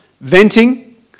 venting